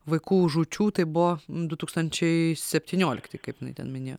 vaikų žūčių tai buvo du tūkstančiai septyniolikti kaip jinai ten minėjo